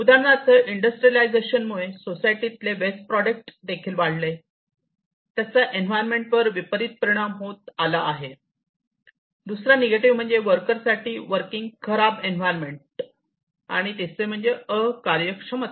उदाहरणार्थ इंडस्त्रियलायझेशन मुळे सोसायटीतले वेस्ट प्रॉडक्ट देखील वाढले त्याचा एन्व्हायरमेंट वर विपरीत परिणाम होत आला आहे दुसरा निगेटिव्ह म्हणजे वर्कर साठी वर्किंग खराब एन्व्हायरमेंट आणि तिसरे म्हणजे अकार्यक्षमता